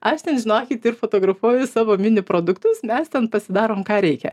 aš ten žinokit ir fotografuoju savo mini produktus mes ten pasidarom ką reikia